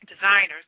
designers